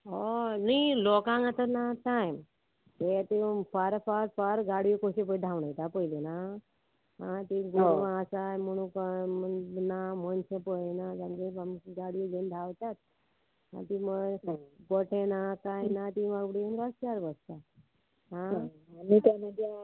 हय न्ही लोकांक आतां ना टायम ते त्यो फार फार फार गाडयो कश्यो धांवयता पयली ना आ ती गोवा आसाय म्हणून कळ्ळे ना मनशां पळयना जागे आमी गाडयो घेवन धांवतात आ ती मोटे ना कांय ना ती वगडय बसतात बसतात आ आनी